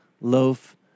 loaf